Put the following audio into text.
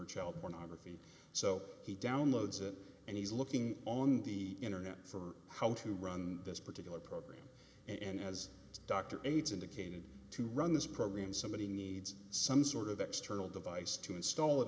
child pornography so he downloads it and he's looking on the internet for how to run this particular program and as dr aids indicated to run this program somebody needs some sort of external device to install it